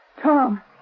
Tom